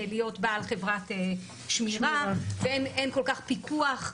להיות בעל חברת שמירה ואין כל כך פיקוח.